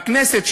בכנסת,